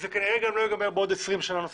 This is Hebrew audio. כנראה שזה לא יגמר בעוד 20 שנה נוספות.